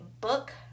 book